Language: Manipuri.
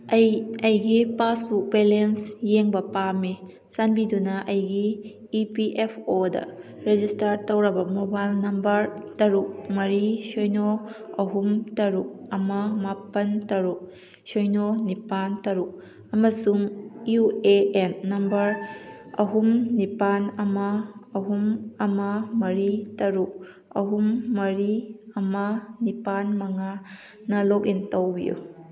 ꯑꯩ ꯑꯩꯒꯤ ꯄꯥꯁꯕꯨꯛ ꯕꯦꯂꯦꯟꯁ ꯌꯦꯡꯕ ꯄꯥꯝꯃꯤ ꯆꯥꯟꯕꯤꯗꯨꯅ ꯑꯩꯒꯤ ꯏ ꯄꯤ ꯑꯦꯐ ꯑꯣꯗ ꯔꯦꯖꯤꯁꯇꯥꯔ ꯇꯧꯔꯕ ꯃꯣꯕꯥꯏꯜ ꯅꯝꯕꯔ ꯇꯔꯨꯛ ꯃꯔꯤ ꯁꯤꯅꯣ ꯑꯍꯨꯝ ꯇꯔꯨꯛ ꯑꯃ ꯃꯥꯄꯜ ꯇꯔꯨꯛ ꯁꯤꯅꯣ ꯅꯤꯄꯥꯜ ꯇꯔꯨꯛ ꯑꯃꯁꯨꯡ ꯌꯨ ꯑꯦ ꯑꯦꯟ ꯅꯝꯕꯔ ꯑꯍꯨꯝ ꯅꯤꯄꯥꯜ ꯑꯃ ꯑꯍꯨꯝ ꯑꯃ ꯃꯔꯤ ꯇꯔꯨꯛ ꯑꯍꯨꯝ ꯃꯔꯤ ꯑꯃ ꯅꯤꯄꯥꯜ ꯃꯉꯥꯅ ꯂꯣꯛꯏꯟ ꯇꯧꯕꯤꯌꯨ